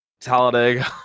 Talladega